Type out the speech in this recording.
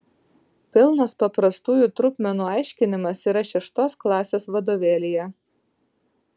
pilnas paprastųjų trupmenų aiškinimas yra šeštos klasės vadovėlyje